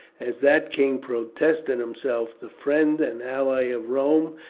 as that king protested himself the friend and ally of rome,